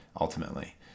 Ultimately